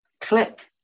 click